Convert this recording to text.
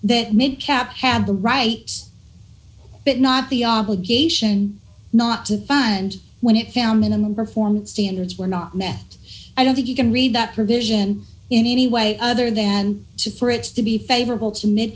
that midcap have the right but not the obligation not to fund when it found minimum performance standards were not met i don't think you can read that provision in any way other than to for it's to be favorable to mid